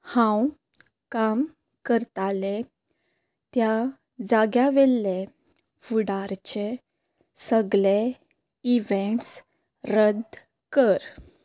हांव काम करतालें त्या जाग्यावेल्ले फुडारचे सगले इवँट्स रद्द कर